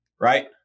Right